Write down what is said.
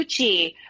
Gucci